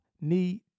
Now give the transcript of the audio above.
need